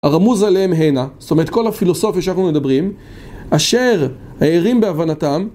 הרמוז עליהם הנה, זאת אומרת כל הפילוסופיה שאנחנו מדברים, אשר הערים בהבנתם